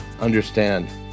understand